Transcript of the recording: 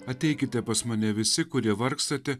ateikite pas mane visi kurie vargstate